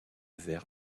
verre